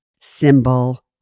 symbol